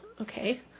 okay